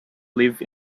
live